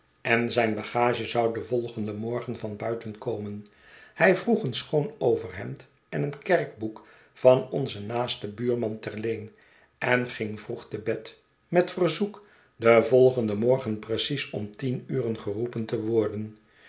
en zijn bagage zou den volgenden morgen van buiten komen hij vroeg een schoon overhemd en een kerkboek van onzen naasten buurman terleen en ging vroeg tebed met verzoek den volgenden morgen precies om tien uren geroepen te worden